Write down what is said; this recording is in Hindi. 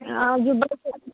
जाे